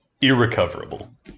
irrecoverable